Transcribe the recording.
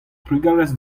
trugarez